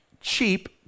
cheap